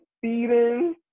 feeding